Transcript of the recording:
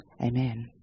amen